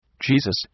Jesus